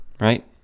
right